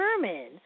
determined